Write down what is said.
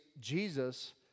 Jesus